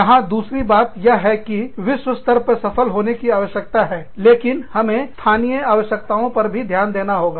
यहां दूसरी बात यह है कि हमें विश्व स्तर पर सफल होने की आवश्यकता है लेकिन हमें स्थानीय आवश्यकताओं पर भी ध्यान देना होगा